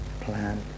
plan